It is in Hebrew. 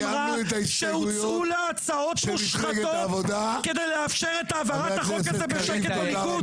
אמרה שהוצעו לה הצעות מושחתות כדי לאפשר את העברת החוק הזה בשקט בליכוד?